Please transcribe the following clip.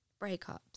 breakups